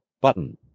Button